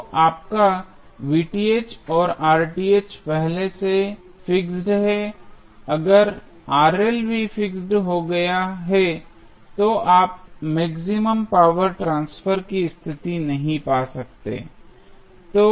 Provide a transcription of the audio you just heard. तो आपका और पहले से फिक्स्ड है अगर भी फिक्स्ड हो गया है तो आप मैक्सिमम पावर ट्रांसफर की स्थिति नहीं पा सकते हैं